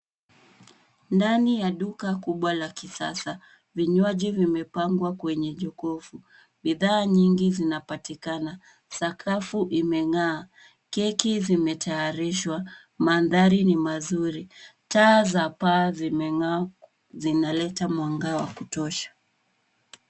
Ndani ya duka kubwa la kisasa, vinywaji vimepangwa kwenye jokofu. Bidhaa nyingi zinapatikana, sakafu imeng'aa, keki zimetayarishwa, mandhari ni mazuri , taa za paa zimeng'aa zinaleta mwanga wa kutosha.